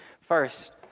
First